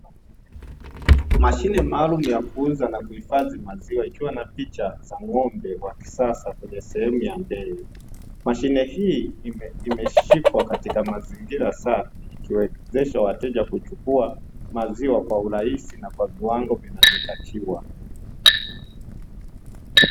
Mashine maalumu ya kuuza na kuhifadhi maziwa ikiwa na picha ya ng'ombe wa kisasa kwenye sehemu ya mbele. Mashine hii imeshikwa katika mazingira safi ikiwezesha wateja kuchukua maziwa kwa urahisi na kwa viwango vinavyotakiwa.